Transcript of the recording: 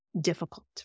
Difficult